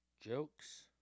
jokes